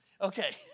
Okay